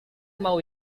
mau